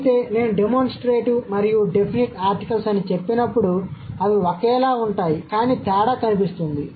అయితే నేను డెమోన్స్ట్రేటివ్ మరియు డెఫినిట్ ఆర్టికల్స్ అని చెప్పినప్పుడు అవి ఒకేలా ఉంటాయి కానీ తేడా కనిపిస్తుంది